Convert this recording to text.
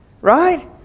Right